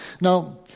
Now